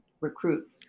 recruit